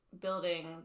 building